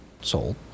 sold